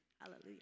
Hallelujah